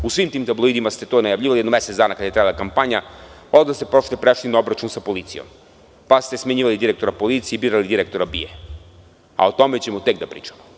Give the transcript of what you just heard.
U svim tim tabloidima ste to najavljivali jedno mesec dana, kada je trajala kampanja, a onda ste posle prešli na obračun sa policijom, pa ste smenjivali direktora policije i birali direktora BIA, a o tome ćemo tek da pričamo.